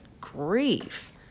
grief